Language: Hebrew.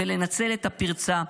לנצל את הפרצה,